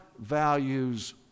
values